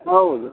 ಹೌದು